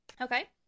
Okay